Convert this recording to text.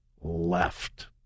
left